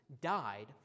died